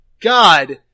God